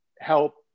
help